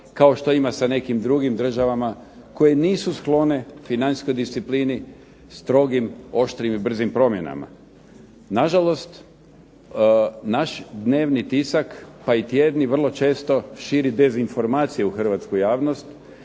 kao što ima sa nekim drugim državama koje nisu sklone financijskoj disciplini, strogim, oštrim i brzim promjenama. Na žalost naš dnevni tisak, pa i tjedni vrlo često širi dezinformacije u hrvatsku javnost,